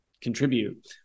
contribute